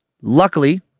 Luckily